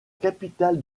capitale